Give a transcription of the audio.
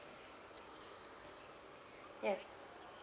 yes